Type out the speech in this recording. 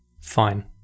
Fine